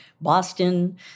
Boston